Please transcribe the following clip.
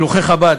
שלוחי חב"ד,